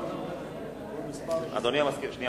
בשם